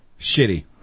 Shitty